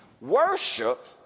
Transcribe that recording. Worship